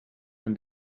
and